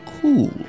cool